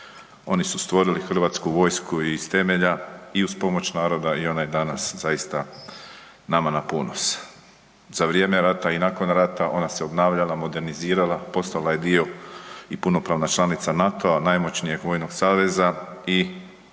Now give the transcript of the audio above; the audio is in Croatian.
Oni su stvorili Hrvatsku vojsku iz temelja i uz pomoć naroda i ona je danas zaista nama na ponos. Za vrijeme rata i nakon rata ona se obnavljala, modernizirala, postala je dio i punopravna članica NATO-a najmoćnijeg vojnog saveza i